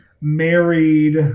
married